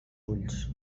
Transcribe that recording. ulls